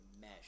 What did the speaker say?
mesh